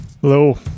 Hello